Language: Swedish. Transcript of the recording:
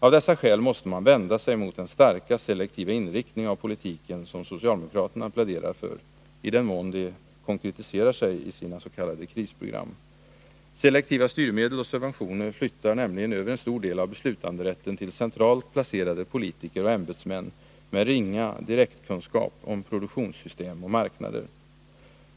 Av dessa skäl måste man vända sig mot den starka, selektiva inriktning av politiken som socialdemokraterna pläderar för — i den mån de konkretiserar sig i sitt s.k. krisprogram. Selektiva styrmedel och subventioner flyttar över en stor del av beslutanderätten till centralt placerade politiker och ämbetsmän med ringa direktkunskap om produktionssystem och marknader.